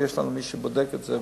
ויש לנו מי שבודק את זה,